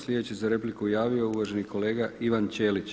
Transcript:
Sljedeći se za repliku javio uvaženi kolega Ivan Ćelić.